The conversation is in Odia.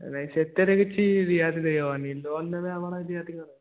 ନାହିଁ ସେଥିରେ କିଛି ରିହାତି ଦେଇହେବନି ଲୋନ୍ ନେବେ ଆପଣ ରିହାତି କ'ଣ